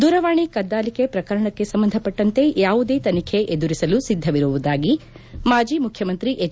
ದೂರವಾಣಿ ಕದ್ದಾಲಿಕೆ ಪ್ರಕರಣಕ್ಕೆ ಸಂಬಂಧಪಟ್ಟಂತೆ ಯಾವುದೇ ತನಿಖೆ ಎದುರಿಸಲು ಸಿದ್ದವಿರುವುದಾಗಿ ಮಾಜಿ ಮುಖ್ಜಮಂತ್ರಿ ಹೆಚ್